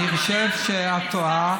אני חושב שאת טועה.